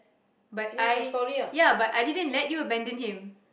but I ya but I didn't let you abandon him